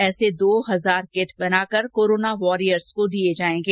ऐसे दो हजार किट बनाकर कोरोना वारियर्स को दिए जाएंगे